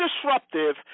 disruptive